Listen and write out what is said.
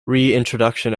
reintroduction